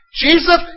Jesus